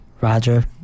Roger